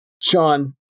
Sean